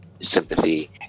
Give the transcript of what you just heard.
sympathy